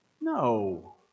No